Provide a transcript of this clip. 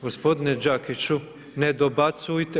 Gospodine Đakiću, ne dobacujte.